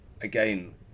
Again